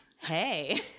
hey